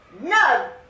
No